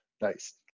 nice